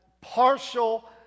partial